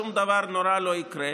שום דבר נורא לא יקרה.